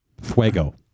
Fuego